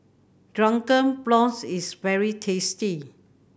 Drunken Prawns is very tasty